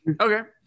Okay